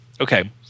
Okay